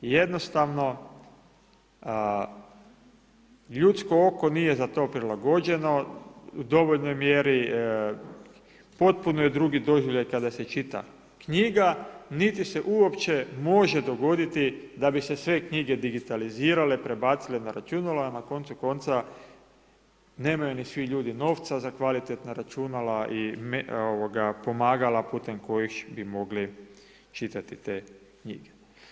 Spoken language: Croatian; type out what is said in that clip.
I jednostavno ljudsko oko nije za to prilagođeno u dovoljnoj mjeri, potpuno je drugi doživljaj kada se čita knjiga, niti se uopće može dogoditi da bi se sve knjige digitalizirale, prebacile na računala, na koncu konca, nemaju ni svi ljudi novca za kvalitetna računala i pomagala putem kojeg bi mogli čitati te knjige.